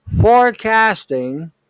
forecasting